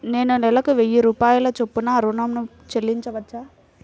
నేను నెలకు వెయ్యి రూపాయల చొప్పున ఋణం ను చెల్లించవచ్చా?